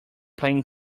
plane